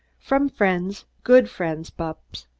from friends, good friends, bupps.